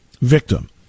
victim